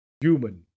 human